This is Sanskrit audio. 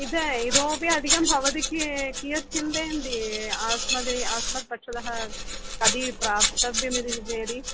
इद इतोऽपि अधिकं भवति किय कियत् चिन्तयन्ति अस्मद् आस्मद् पक्षतः कति प्राप्तव्यम् इति चिन्तयति